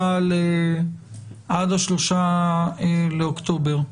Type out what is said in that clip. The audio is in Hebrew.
ה-3 באוקטובר?